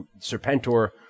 Serpentor